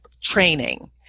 training